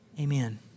amen